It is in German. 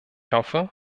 hoffe